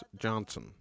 Johnson